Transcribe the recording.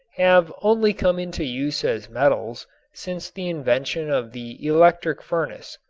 have only come into use as metals since the invention of the electric furnace.